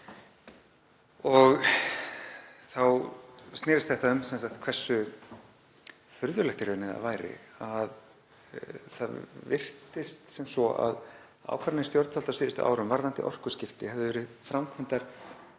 Þetta snerist um hversu furðulegt það væri að það virtist sem svo að ákvarðanir stjórnvalda á síðustu árum varðandi orkuskipti hefðu verið framkvæmdar